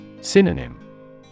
Synonym